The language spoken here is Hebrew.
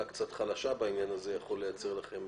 קצת חלשה בעניין הזה יכול לייצר לכם